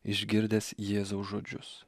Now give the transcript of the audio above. išgirdęs jėzaus žodžius